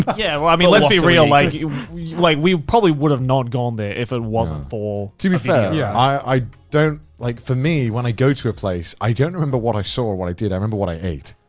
yeah well, i mean, let's be real like we like we probably would have not gone there if it wasn't for a meal. to be fair, yeah. i don't like, for me when i go to a place, i don't remember what i saw or what i did, i remember what i ate.